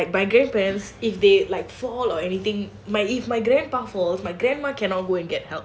you get what I mean like my grandparents if they like fall or anything like if my grandpa falls my grandma cannot go and get help